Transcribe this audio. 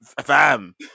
Fam